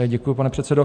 Děkuji, pane předsedo.